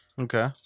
Okay